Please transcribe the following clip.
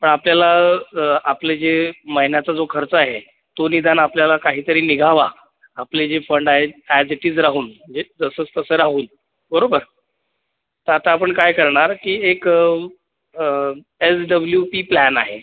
पण आपल्याला आपलं जे महिन्याचा जो खर्च आहे तो निदान आपल्याला काहीतरी निघावा आपले जे फंड आहेत ॲज इट इज राहून म्हणजे जसंच तसं राहून बरोबर तर आता आपण काय करणार की एक एस डब्ल्यू पी प्लॅन आहे